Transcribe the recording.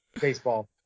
baseball